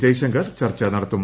ജയശങ്കർ ചർച്ച നടത്തും